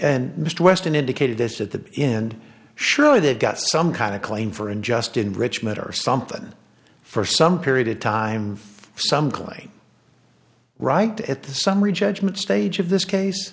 and mr weston indicated this at the end surely they got some kind of claim for unjust enrichment or something for some period of time some claim right at the summary judgment stage of this case